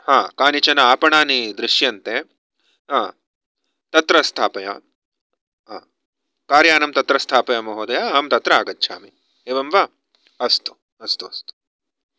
कानिचन आपणानि दृश्यन्ते तत्र स्थापय कारयानं तत्र स्थापय महोदय अहं तत्र आगच्छामि एवं वा अस्तु अस्तु अस्तु